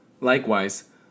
Likewise